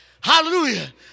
Hallelujah